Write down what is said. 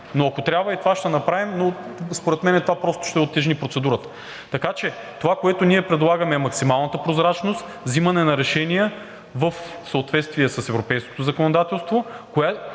но ако трябва, и това ще направим. Според мен това просто ще утежни процедурата. Така че това, което ние предлагаме, е максимална прозрачност, взимане на решения в съответствие с европейското законодателство.